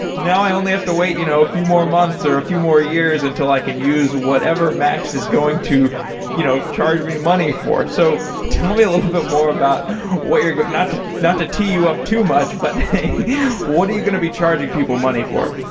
now i only have to wait you know a few more months, or a few more years until i can use whatever max is going to you know charge charge me money for. so tell me a little bit more about what you're not to not to tee you up too much, but what are you going to be charging people money for?